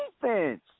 defense